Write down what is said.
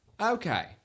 okay